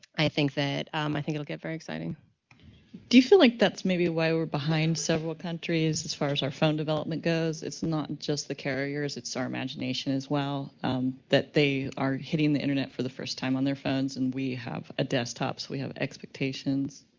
i think that um i think it will get very exciting. corzine do you feel, like, that's maybe why we're behind several countries as far as our phone development goes? it's not just the carriers, it's our imagination as well that they are hitting the internet for the first time on their phones and we have ah desktops, we have expectations?